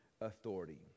authority